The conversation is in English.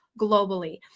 globally